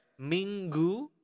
Minggu